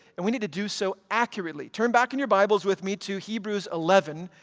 and we need to do so accurately. turn back in your bibles with me to hebrews eleven,